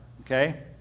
Okay